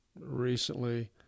recently